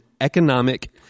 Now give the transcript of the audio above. economic